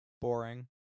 boring